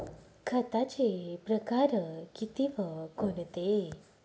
खताचे प्रकार किती व कोणते?